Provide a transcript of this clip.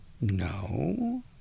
no